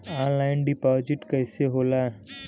Online deposit कैसे होला?